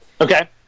okay